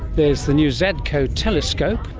there's the new zadko telescope,